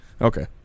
Okay